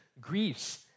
griefs